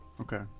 okay